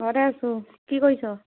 ঘৰতে আছোঁ কি কৰিছ